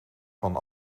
van